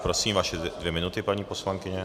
Prosím, vaše dvě minuty, paní poslankyně.